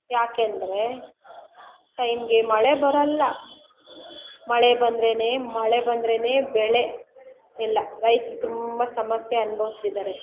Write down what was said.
ಯಾಕೆಂದರೆ ಟೈಮ್ಗೆ ಮಳೆ ಬರಲ್ಲ ಮಳೆ ಬಂದ್ರೆ ಮಳೆ ಬಂದ್ರೆ ಬೆಳೆ ಇಲ್ಲ ರೈತರು ತುಂಬ ಸಮಸ್ಯೆ ಅನ್ಬೋಸ್ತಿದ್ದಾರೆ